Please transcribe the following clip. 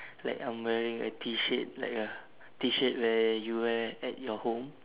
like I'm wearing a T-shirt like a T-shirt where you wear at your home